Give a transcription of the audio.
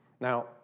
Now